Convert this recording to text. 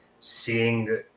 seeing